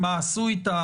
מה עשו אתם?